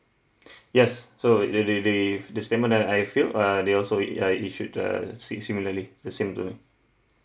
yes so the the the the statement that I've filled uh they also it uh it should err si~ similarly the same to